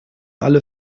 alle